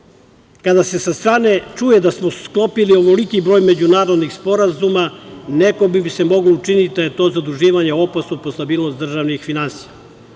kada se sa strane čuje da smo sklopili ovoliki broj međunarodnih sporazuma. Nekome bi se moglo učiniti da je to zaduživanje u postupku stabilnosti državnih finansija,